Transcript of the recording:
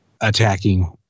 Attacking